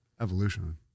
Evolution